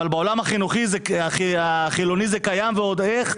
אבל בעולם החילוני זה קיים ועוד איך,